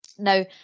Now